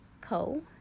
Co